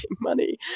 money